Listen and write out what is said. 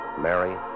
Mary